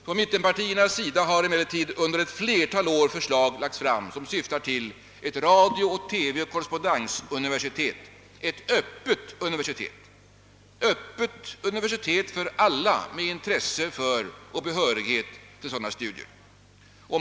Från mittenpartiernas sida har emellertid under ett flertal år förslag framlagts som syftar till ett radio-TV-korrenspondensuniversitet, ett universitet öppet för alla med intresse för och behörighet till sådana studier.